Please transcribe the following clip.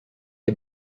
est